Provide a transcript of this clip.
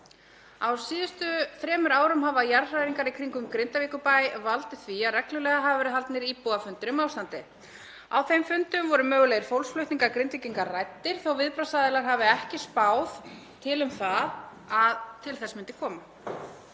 Á síðustu þremur árum hafa jarðhræringar í kringum Grindavík valdið því að reglulega hafa verið haldnir íbúafundir um ástandið. Á þeim fundum voru mögulegir fólksflutningar Grindvíkinga ræddir þótt viðbragðsaðilar hafi ekki spáð til um að til þess myndi koma,